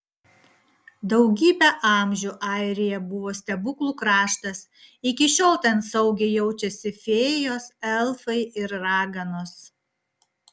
daugybę amžių airija buvo stebuklų kraštas iki šiol ten saugiai jaučiasi fėjos elfai ir raganos